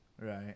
right